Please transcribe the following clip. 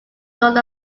known